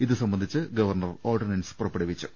ഇതുസംബന്ധിച്ച് governor ordinance പുറപ്പെ ടുവിച്ചു